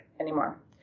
Anymore